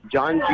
John